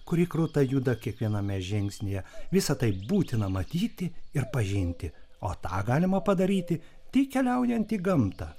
kuri kruta juda kiekviename žingsnyje visa tai būtina matyti ir pažinti o tą galima padaryti tik keliaujant į gamtą